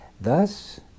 Thus